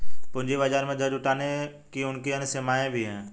पूंजी बाजार में धन जुटाने की उनकी अन्य सीमाएँ भी हैं